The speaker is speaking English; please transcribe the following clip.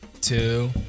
two